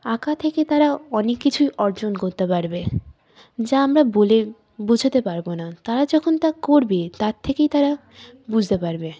আঁকা থেকে তারা অনেক কিছুই অর্জন করতে পারবে যা আমরা বলে বোঝাতে পারব না তারা যখন তা করবে তার থেকেই তারা বুঝতে পারবে